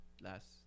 last